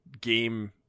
game